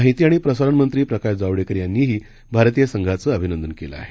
माहिती आणि प्रसारणमंत्री प्रकाश जावडेकर यांनीही भारतीय संघाचं अभिनंदन केलं आहे